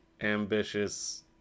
ambitious